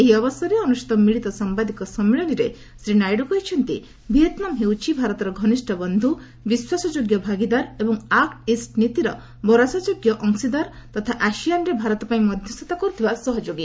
ଏହି ଅବସରରେ ଅନୁଷ୍ଠିତ ମିଳିତ ସାମ୍ଘାଦିକ ସମ୍ମିଳନୀରେ ଶ୍ରୀ ନାଇଡୁ କହିଛନ୍ତି ଭିଏତ୍ନାମ ହେଉଛି ଭାରତର ଘନିଷ୍ଠ ବନ୍ଧୁ ବିଶ୍ୱାସଯୋଗ୍ୟ ଭାଗିଦାର ଏବଂ ଆକୁ ଇଷ୍ଟ୍ ନୀତିର ଭରସାଯୋଗ୍ୟ ଅଂଶୀଦାର ତଥା ଆସିଆନ୍ରେ ଭାରତ ପାଇଁ ମଧ୍ୟସ୍ଥତା କରୁଥିବା ସହଯୋଗୀ